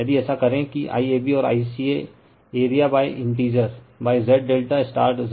यदि ऐसा करे कि IAB और ICA एरियाइन्टिजर Z ∆Z ∆CA है